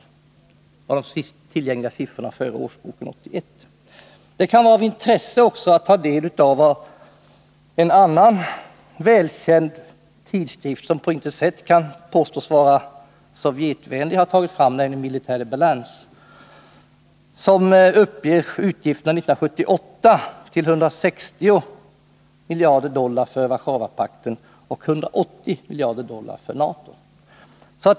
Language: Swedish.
Det är de senast tillgängliga siffrorna före årsboken 1981. Det kan vara av intresse att också ta del av vad en annan välkänd tidskrift, som på intet sätt kan påstås vara Sovjetvänlig, har tagit fram, nämligen Military Balance. Den tidskriften uppger utgifterna år 1978 till 160 miljarder dollar för Warszawapakten och 180 miljarder dollar för NATO.